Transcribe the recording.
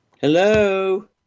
Hello